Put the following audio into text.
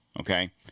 okay